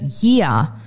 year